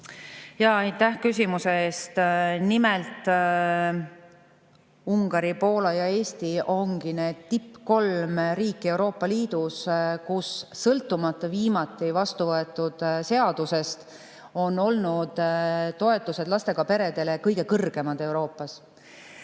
Aitäh küsimuse eest! Ungari, Poola ja Eesti ongi need kolm tippriiki Euroopa Liidus, kus sõltumata viimati vastu võetud seadusest on olnud toetused lastega peredele kõige kõrgemad Euroopas.